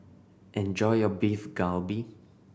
enjoy your Beef Galbi